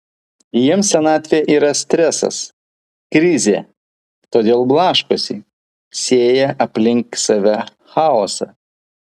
jiems senatvė yra stresas krizė todėl blaškosi sėja aplink save chaosą